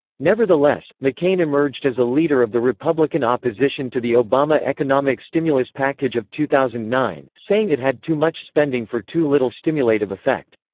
nevertheless, mccain emerged as a leader of the republican opposition to the obama economic stimulus package of two thousand and nine, saying it had too much spending for too little stimulative effect.